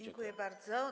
Dziękuję bardzo.